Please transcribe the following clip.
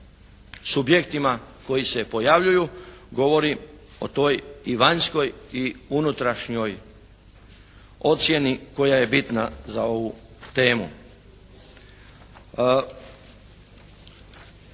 subjektima koji se pojavljuju govori o toj i vanjskoj i unutrašnjoj ocjeni koja je bitna za ovu temu.